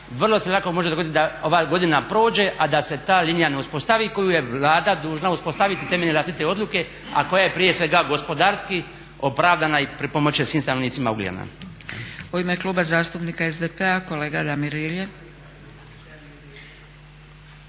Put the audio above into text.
vrlo se lako može dogoditi da ova godina prođe, a da se ta linija ne uspostavi koju je Vlada dužna uspostaviti temeljem vlastite odluke, a koja je prije svega gospodarski opravdana i pripomoći će svim stanovnicima Ugljena.